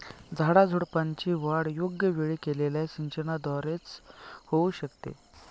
झाडाझुडपांची वाढ योग्य वेळी केलेल्या सिंचनाद्वारे च होऊ शकते